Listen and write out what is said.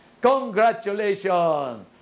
Congratulations